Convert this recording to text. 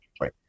right